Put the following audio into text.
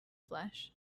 flesh